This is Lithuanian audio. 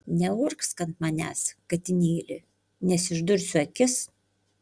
neurgzk ant manęs katinėli nes išdursiu akis